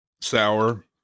Sour